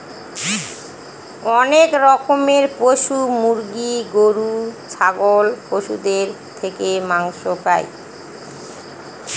অনেক রকমের পশু মুরগি, গরু, ছাগল পশুদের থেকে মাংস পাই